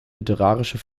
literarische